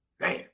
Man